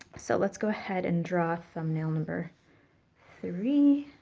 so let's go ahead and draw thumbnail number three.